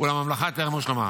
אולם המלאכה טרם הושלמה.